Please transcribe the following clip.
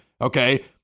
Okay